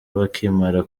bakimara